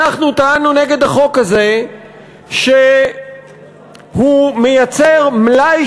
אנחנו טענו נגד החוק הזה שהוא מייצר מלאי